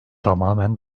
tamamen